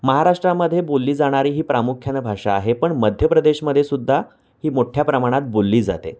महाराष्ट्रामध्ये बोलली जाणारी ही प्रामुख्यानं भाषा आहे पण मध्य प्रदेशमध्ये सुद्धा ही मोठ्या प्रमाणात बोलली जाते